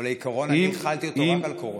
אבל העיקרון, אני החלתי אותו רק על קורונה.